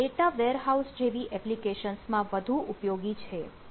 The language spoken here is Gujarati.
આ ડેટા વેરહાઉસ જેવી એપ્લિકેશન્સમાં વધુ ઉપયોગી છે